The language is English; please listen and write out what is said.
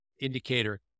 indicator